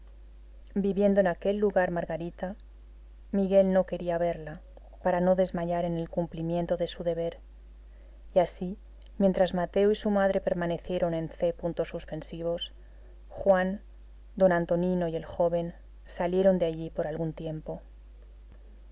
viviendo en aquel lugar margarita miguel no quería verla para no desmayar en el cumplimiento de su deber y así mientras mateo y su madre permanecieron en c juan d antonino y el joven salieron de allí por algún tiempo una